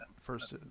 first